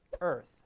earth